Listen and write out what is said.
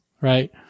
Right